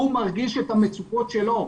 הוא מרגיש את המצוקות שלו.